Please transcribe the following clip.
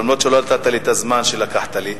למרות שלא נתת לי את הזמן שלקחת לי.